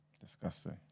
Disgusting